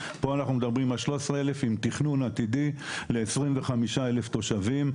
פה אנחנו מדברים על 13,000 עם תכנון עתידי ל-25,000 תושבים.